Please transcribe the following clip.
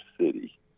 city